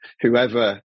whoever